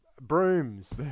Brooms